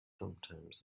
sometimes